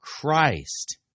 Christ